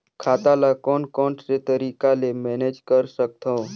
खाता ल कौन कौन से तरीका ले मैनेज कर सकथव?